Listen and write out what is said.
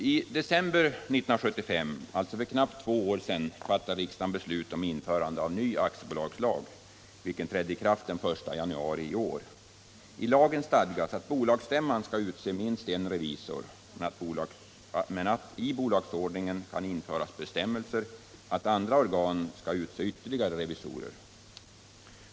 I december 1975, alltså för knappt två år sedan, fattade riksdagen beslut om införande av en ny aktiebolagslag, vilken trädde i kraft den 1 januari i år. I lagen stadgas att bolagsstämman skall utse minst en revisor men att i bolagsordningen kan införas bestämmelser om att andra organ skall utse ytterligare revisorer.